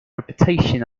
reputation